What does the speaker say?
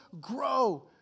grow